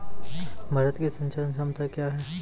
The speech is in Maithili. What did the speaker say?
भारत की सिंचाई क्षमता क्या हैं?